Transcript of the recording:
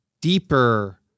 deeper